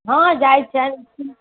हँ जाय छनि